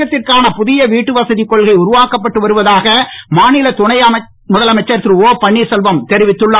தமிழகத்திற்கான புதிய வீட்டுவசதி கொள்கை உருவாக்கப்பட்டு வருவதாக மாநில துணை முதலமைச்சர் திருஆபன்வீர்செல்வம் தெரிவித்துள்ளார்